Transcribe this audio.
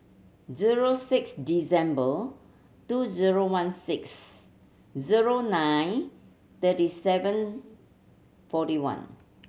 zero six December two zero one six zero nine third seven forty one